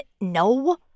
No